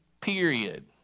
period